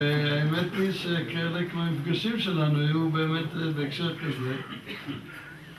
האמת היא שכאלה כמו המפגשים שלנו, היו באמת בהקשר קצת